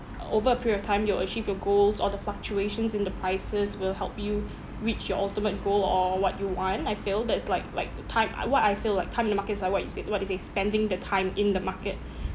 over a period of time you'll achieve your goals or the fluctuations in the prices will help you reach your ultimate goal or what you want I feel that it's like like the time uh what I feel like time in the markets are like what you said what is expanding the time in the market